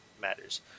matters